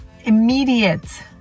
immediate